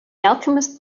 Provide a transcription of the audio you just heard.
alchemist